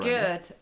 Good